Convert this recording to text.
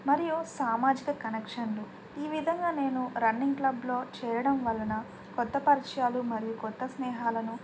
మరియు సామాజిక కనెక్షన్లు ఈ విధంగా నేను రన్నింగ్ క్లబ్లో చేయడం వలన కొత్త పరిచయాలు మరియు కొత్త స్నేహాలను